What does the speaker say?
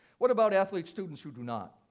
what about athlete students who do not?